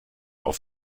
auf